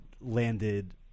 landed